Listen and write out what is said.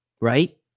right